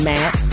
Matt